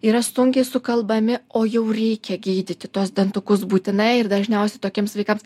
yra sunkiai sukalbami o jau reikia gydyti tuos dantukus būtinai ir dažniausiai tokiems vaikams